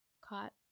Caught